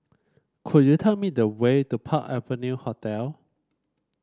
could you tell me the way to Park Avenue Hotel